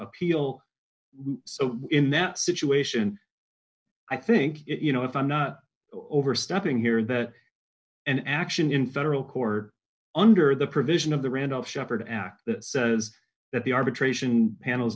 appeal so in that situation i think you know if i'm not overstepping here that an action in federal court under the provision of the randall sheppard act that says that the arbitration panel